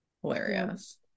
hilarious